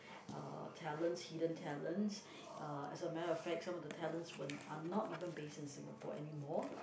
uh talents hidden talents uh as a matter of fact some of the talents were are not even based in Singapore anymore